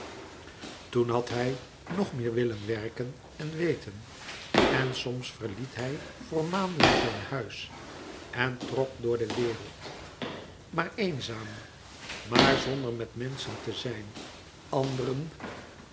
toen had hij nog meer willen werken en weten en soms verliet hij voor maanden zijn huis en trok door de wereld maar eenzaam maar zonder met menschen te zijn anderen